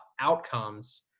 outcomes